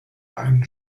einen